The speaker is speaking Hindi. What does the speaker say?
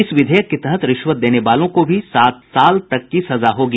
इस विधेयक के तहत रिश्वत देने वालों को भी सात साल तक की सजा होगी